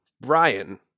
Brian